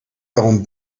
darum